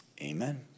amen